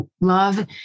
love